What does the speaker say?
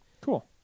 Cool